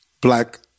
black